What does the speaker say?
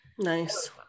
Nice